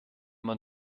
man